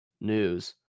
news